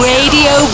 Radio